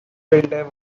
builder